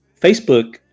Facebook